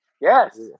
Yes